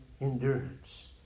Endurance